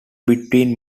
between